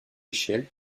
échelle